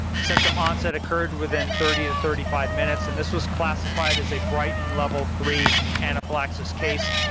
symptom onset occurred within thirty to thirty five minutes and this was classified as a britain level three anaphylaxis case.